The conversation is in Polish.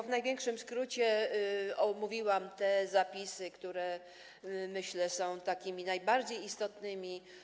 W największym skrócie omówiłam te zapisy, które, myślę, są najbardziej istotne.